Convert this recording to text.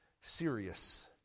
serious